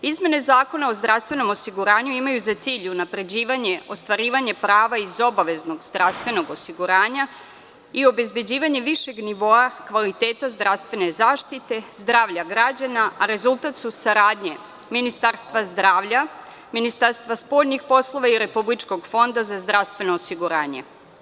Izmene Zakona o zdravstvenom osiguranju imaju za cilj unapređivanje, ostvarivanje prava iz obaveznog zdravstvenog osiguranja i obezbeđivanje višeg nivoa, kvaliteta zdravstvene zaštite, zdravlja građana, a rezultat su saradnja Ministarstva zdravlja, Ministarstva spoljnih poslova i Republičkog fonda za zdravstveno osiguranje.